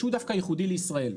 שהוא דווקא ייחודי לישראל.